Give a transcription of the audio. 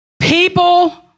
People